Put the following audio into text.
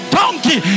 donkey